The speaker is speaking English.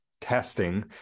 testing